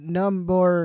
number